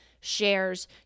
shares